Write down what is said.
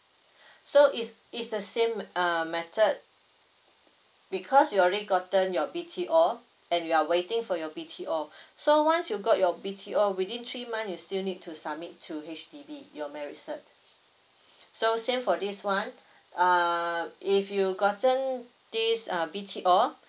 so it's it's the same uh method because you already gotten your B_T_O and you are waiting for your B_T_O so once you got your B_T_O within three month you still need to submit to H_D_B your marriage cert so same for this one uh if you gotten this uh B_T_O